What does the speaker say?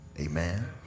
Amen